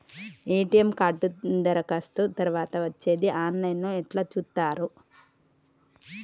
ATM card దరఖాస్తు తరువాత వచ్చేది ఆన్ లైన్ లో ఎట్ల చూత్తరు?